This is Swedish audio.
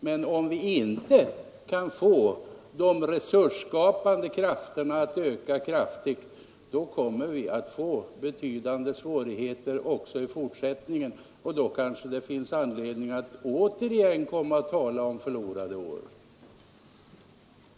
Men om vi inte väsentligt kan öka de resursskapande krafterna kommer vi att få betydande svårigheter också i fortsättningen, och då kanske det finns anledning att återigen tala om förlorade år.